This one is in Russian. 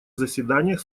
заседаниях